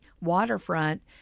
waterfront